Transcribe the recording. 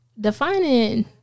defining